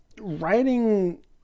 writing